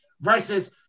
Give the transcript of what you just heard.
versus